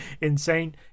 insane